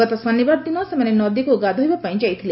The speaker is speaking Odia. ଗତ ଶନିବାର ଦିନ ସେମାନେ ନଦୀକୁ ଗାଧୋଇବା ପାଇଁ ଯାଇଥିଲେ